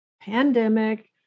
pandemic